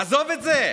עזוב את זה,